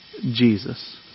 Jesus